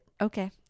Okay